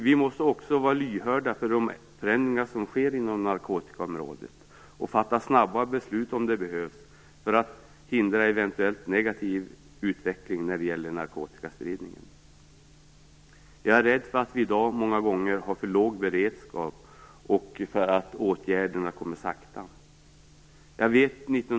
Vi måste också vara lyhörda för de förändringar som sker inom narkotikaområdet och fatta snabba beslut om det behövs för att hindra eventuellt negativ utveckling när det gäller narkotikaspridningen. Jag är rädd att vi i dag många gånger har för låg beredskap och att åtgärderna kommer sakta.